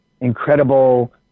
incredible